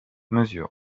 mesure